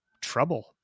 trouble